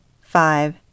five